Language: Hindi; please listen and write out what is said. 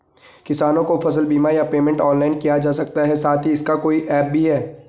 किसानों को फसल बीमा या पेमेंट ऑनलाइन किया जा सकता है साथ ही इसका कोई ऐप भी है?